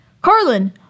Carlin